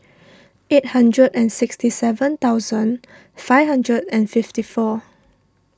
eight hundred and sixty seven thousand five hundred and fifty four